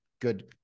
good